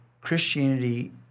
Christianity